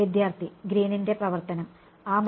വിദ്യാർത്ഥി ഗ്രീനിന്റെ പ്രവർത്തനം Green's function